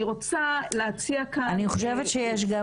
אני רוצה להציע כאן--- אני חושבת שיש גם